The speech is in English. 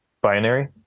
binary